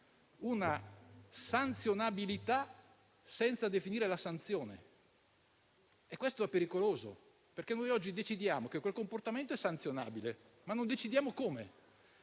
una sanzionabilità senza definire la sanzione, e questo è pericoloso perché oggi decidiamo che un dato comportamento è sanzionabile, ma non decidiamo come.